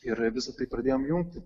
ir visa tai pradėjom jungti